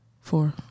four